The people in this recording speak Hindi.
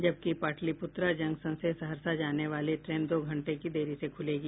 जबकि पाटलिपुत्रा जंक्शन से सहरसा जाने वाली ट्रेन दो घंटे की देरी से खुलेगी